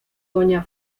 doña